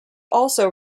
also